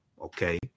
Okay